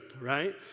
right